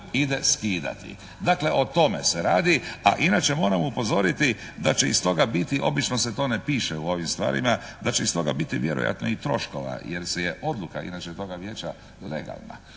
ide skidati. Dakle o tome se radi. A inače moram upozoriti da će iz toga biti, obično se to ne piše u ovim stvarima, da će iz toga biti vjerojatno i troškova jer se i odluka inače toga vijeća legalna.